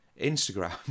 Instagram